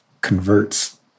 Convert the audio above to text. converts